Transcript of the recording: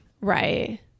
Right